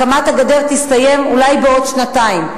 הקמת הגדר תסתיים אולי בעוד שנתיים.